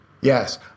Yes